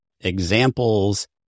examples